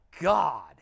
God